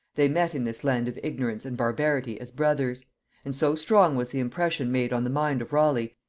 they met in this land of ignorance and barbarity as brothers and so strong was the impression made on the mind of raleigh,